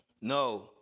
No